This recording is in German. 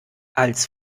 als